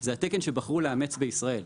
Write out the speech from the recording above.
זה התקן שבחרו לאמץ בישראל.